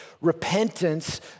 Repentance